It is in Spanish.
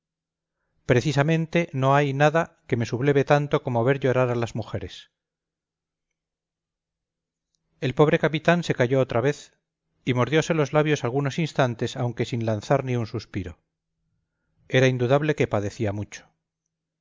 precisamente no hay nada que me subleve tanto como ver llorar a las mujeres el pobre capitán se calló otra vez y mordiose los labios algunos instantes aunque sin lanzar ni un suspiro era indudable que padecía mucho